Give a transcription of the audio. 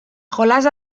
jolas